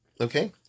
Okay